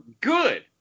good